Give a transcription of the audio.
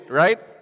right